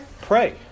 pray